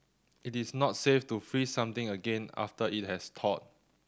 it is not safe to freeze something again after it has thawed